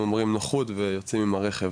הם אומרים נוחות ויוצאים עם הרכב.